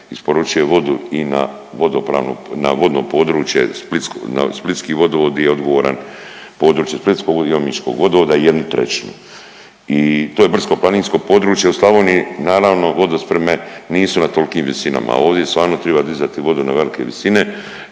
isporučuje vodu i na vodno područje, na splitski vodovod di je odgovoran područje splitskog i omiškog vodovoda jednu trećinu. I to je brdsko-planinsko područje. U Slavoniji naravno vodospreme nisu na tolikim visinama. Ovdje stvarno triba dizati vodu na velike visine